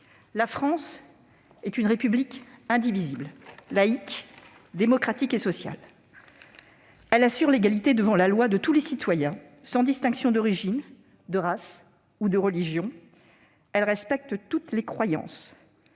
La France est une République indivisible, laïque, démocratique et sociale. Elle assure l'égalité devant la loi de tous les citoyens sans distinction d'origine, de race ou de religion. Elle respecte toutes les croyances